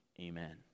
Amen